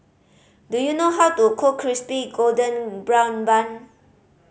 do you know how to cook Crispy Golden Brown Bun